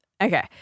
Okay